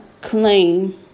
claim